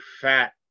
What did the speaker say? fat